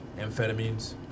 Amphetamines